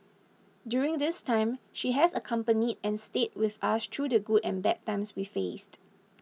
during this time she has accompanied and stayed with us through the good and bad times we faced